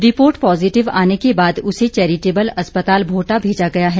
report positive आने के बाद उसे चेरिटेबल अस्पताल भोटा भेजा गया है